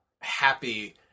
happy